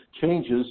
changes